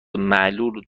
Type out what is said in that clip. معلول